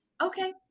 okay